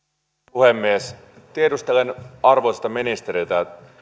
puhemies tiedustelen arvoisalta ministeriltä